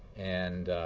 and